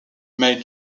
made